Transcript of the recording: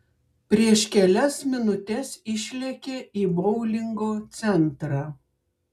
prieš kelias minutes išlėkė į boulingo centrą